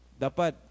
Dapat